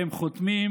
והם חותמים: